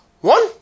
One